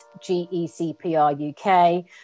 G-E-C-P-R-U-K